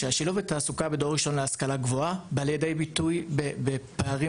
השילוב בתעסוקה לדור ראשון בא לידי ביטוי בפערים